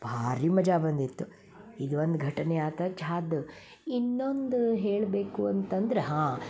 ಭಾರಿ ಮಜಾ ಬಂದಿತ್ತು ಇದೊಂದು ಘಟನೆ ಆತು ಚಹಾದ್ ಇನ್ನೊಂದು ಹೇಳಬೇಕು ಅಂತಂದ್ರೆ ಹಾಂ